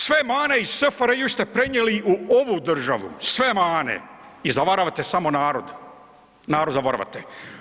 Sve mane iz SFRJ ste prenijeli u ovu državu, sve mane i zavaravate samo narod, narod zavaravate.